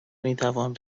میتوان